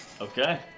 Okay